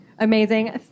amazing